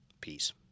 Peace